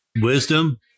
Wisdom